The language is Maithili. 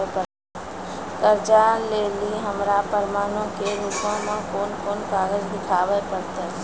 कर्जा लै लेली हमरा प्रमाणो के रूपो मे कोन कोन कागज देखाबै पड़तै?